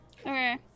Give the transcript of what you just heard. okay